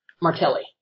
Martelli